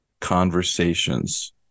conversations